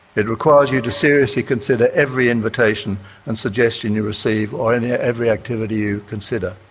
it requires you to seriously consider every invitation and suggestion you receive or every activity you consider.